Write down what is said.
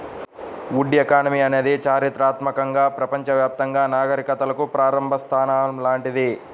would economy అనేది చారిత్రాత్మకంగా ప్రపంచవ్యాప్తంగా నాగరికతలకు ప్రారంభ స్థానం లాంటిది